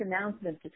announcement